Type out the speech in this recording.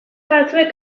batzuek